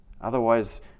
Otherwise